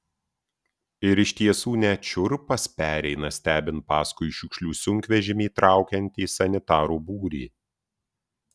ir iš tiesų net šiurpas pereina stebint paskui šiukšlių sunkvežimį traukiantį sanitarų būrį